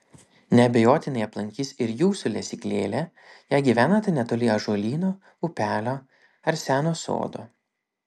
neabejotinai aplankys ir jūsų lesyklėlę jei gyvenate netoli ąžuolyno upelio ar seno sodo